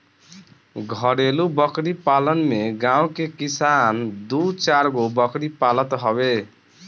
घरेलु बकरी पालन में गांव के किसान दू चारगो बकरी पालत हवे